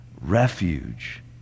refuge